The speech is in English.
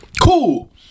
Cool